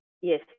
Yes